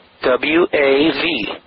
W-A-V